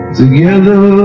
together